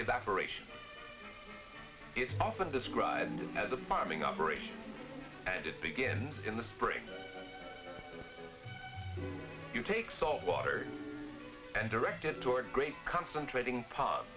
evaporation it's often described as a farming operation and it begins in the spring you take salt water and directed toward great concentrating p